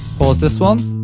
pause this one,